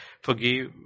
forgive